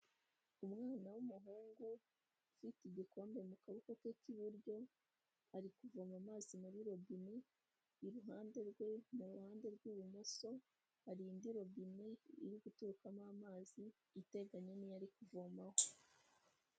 Umwana w'umuhungu ufite igikombe mu kaboko ke k'iburyo, ari kuvoma amazi muri robine, iruhande rwe mu ruhande rw'ibumoso hari indi robine iri guturukamo amazi, iteganye n'iyo ari kuvomaho.